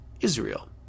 Israel